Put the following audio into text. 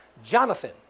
Jonathan